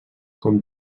com